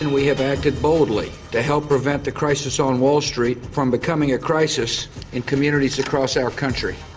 and we have acted boldly to help prevent the crisis on wall street from becoming a crisis in communities across our country.